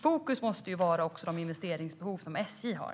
Fokus måste vara de investeringsbehov som SJ har.